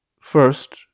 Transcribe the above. First